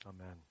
Amen